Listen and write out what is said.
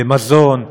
למזון,